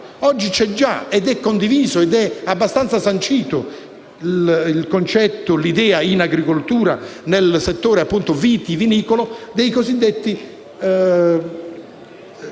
Oggi c'è già, è condivisa e abbastanza sancita l'idea in agricoltura, nel settore vitivinicolo, dei cosiddetti